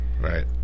right